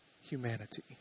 humanity